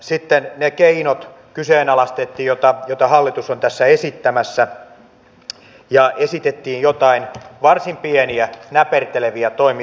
sitten kyseenalaistettiin ne keinot joita hallitus on tässä esittämässä ja esitettiin joitain varsin pieniä näperteleviä toimia